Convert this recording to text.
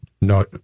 No